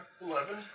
Eleven